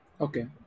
Okay